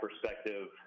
perspective